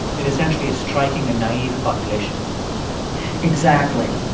it essentially is striking a naive population exactly